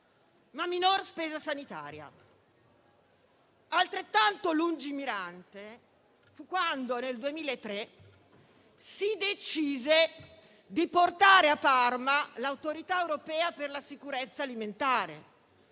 ma minor spesa sanitaria. Altrettanto lungimirante fu quando nel 2003 si decise di portare a Parma l'Autorità europea per la sicurezza alimentare,